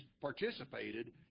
participated